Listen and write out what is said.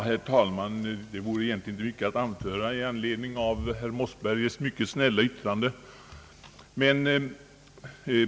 Herr talman! Det finns egentligen inte mycket att anföra i anledning av herr Mossbergers mycket snälla yttrande.